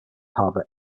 harbour